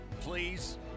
please